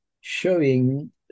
showing